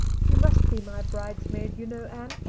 you must be my bridesmaid, you know, anne.